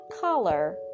color